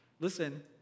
Listen